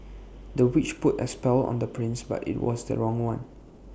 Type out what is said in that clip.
the witch put A spell on the prince but IT was the wrong one